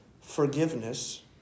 forgiveness